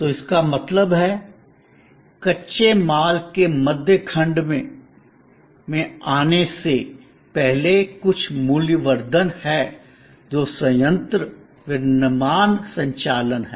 तो इसका मतलब है कच्चे माल के मध्य खंड में आने से पहले कुछ मूल्यवर्धन है जो संयंत्र विनिर्माण संचालन है